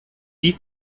wie